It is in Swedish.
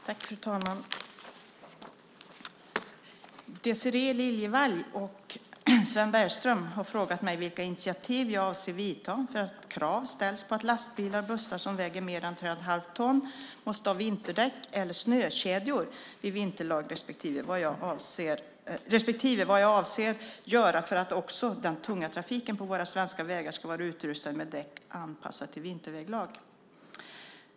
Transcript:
Fru talman! Désirée Liljevall och Sven Bergström har frågat mig vilka initiativ jag avser att vidta för att krav ställs på att lastbilar och bussar som väger mer än tre och ett halvt ton måste ha vinterdäck eller snökedjor vid vinterväglag, respektive vad jag avser att göra för att också den tunga trafiken på våra svenska vägar ska vara utrustad med däck anpassade till vinterväglag.